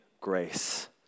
grace